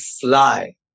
fly